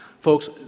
Folks